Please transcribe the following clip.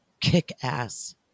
kick-ass